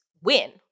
win